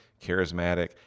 charismatic